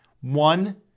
one